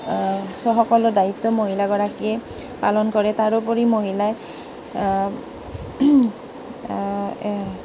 ছ' সকলো দায়িত্ব মহিলাগৰাকীয়ে পালন কৰে তাৰোপৰি মহিলাই